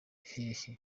hehe